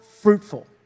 fruitful